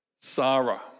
Sarah